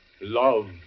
Love